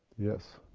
yes?